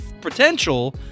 potential